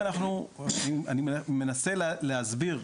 אני מנסה להסביר,